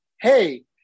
hey